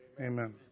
Amen